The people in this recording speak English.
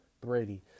Brady